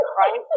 right